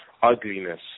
ugliness